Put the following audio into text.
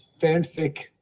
fanfic